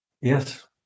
Yes